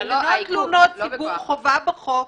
חובה בחוק